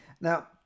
now